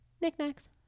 knickknacks